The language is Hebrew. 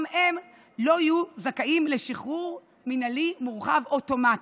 הם לא יהיו זכאים לשחרור מינהלי מורחב אוטומטי,